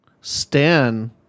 Stan